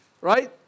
Right